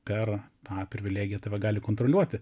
per tą privilegiją tave gali kontroliuoti